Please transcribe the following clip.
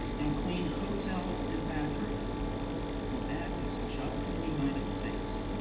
and clean hotels and bathrooms, and that is just in the united states.